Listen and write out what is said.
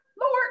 Lord